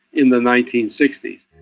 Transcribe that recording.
in the nineteen sixty s.